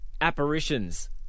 apparitions